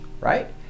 right